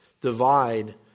divide